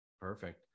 Perfect